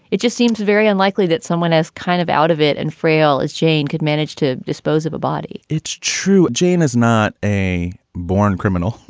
it just seems very unlikely that someone is kind of out of it and frail as jane could manage to dispose of a body it's true. jane is not a born criminal.